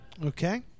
Okay